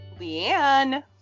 Leanne